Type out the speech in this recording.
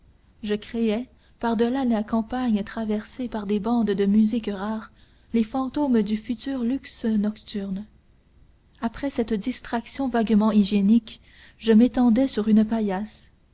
je créais par delà la campagne traversée par des bandes de musique rare les fantômes du futur luxe nocturne après cette distraction vaguement hygiénique je m'étendais sur une paillasse